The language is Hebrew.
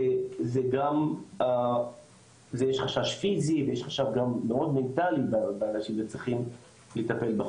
שזה יש חשש פיזי ויש חשש מאוד מנטלי באנשים שצריכים לטפל.